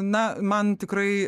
na man tikrai